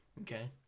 Okay